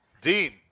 Dean